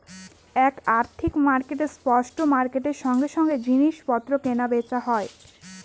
এক আর্থিক মার্কেটে স্পট মার্কেটের সঙ্গে সঙ্গে জিনিস পত্র কেনা বেচা হয়